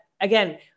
again